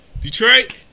Detroit